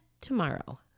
tomorrow